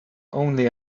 only